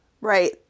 Right